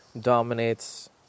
dominates